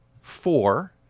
Four